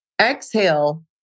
exhale